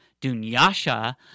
dunyasha